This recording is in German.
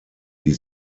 die